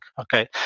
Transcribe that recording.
Okay